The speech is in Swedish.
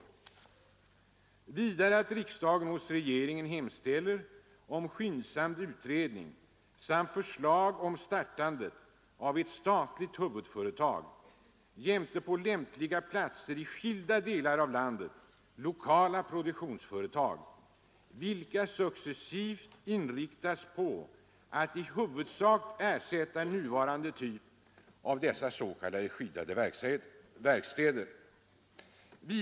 I motionen föreslås vidare att riksdagen hos regeringen hemställer om skyndsam utredning samt förslag om startande av ett statligt huvudföretag jämte på lämpliga platser i skilda delar av landet lokala produktionsföretag, vilka successivt inriktas på att i huvudsak ersätta nuvarande typ av s.k. skyddade arbetsplatser.